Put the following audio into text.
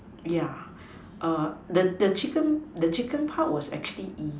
yeah err the the chicken the chicken part was actually easy